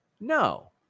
No